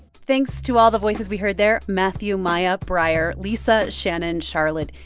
thanks to all the voices we heard there matthew, maya, briar, lisa, shannon, charlotte,